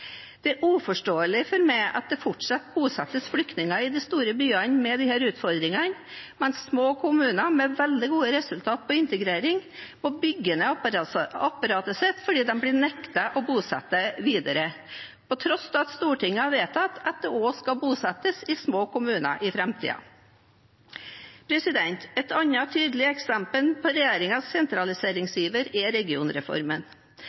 Det er uforståelig for meg at det fortsatt bosettes flyktninger i de store byene som har disse utfordringene, mens små kommuner med veldig gode resultater på integrering må bygge ned apparatet sitt fordi de blir nektet å bosette videre, til tross for at Stortinget har vedtatt at det skal bosettes i små kommuner i framtiden. Et annet tydelig eksempel på